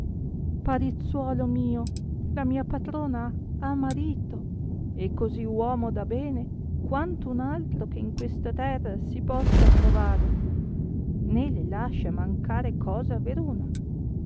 parizzuolo mio la mia patrona ha marito e così uomo da bene quanto un altro che in questa terra si possa trovare né le lascia mancare cosa veruna